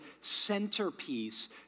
centerpiece